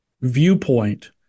viewpoint